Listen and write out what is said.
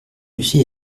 lucy